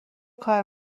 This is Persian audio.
کار